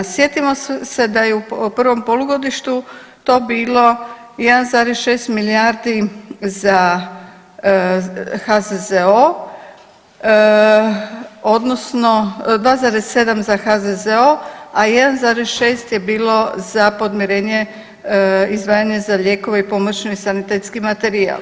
Sjetimo se da je u prvom polugodištu to bilo 1,6 milijardi za HZZO odnosno 2,7 za HZZO, a 1,6 je bilo za podmirenje, izdvajanje za lijekove i pomoćni sanitetski materijal.